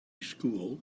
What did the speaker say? school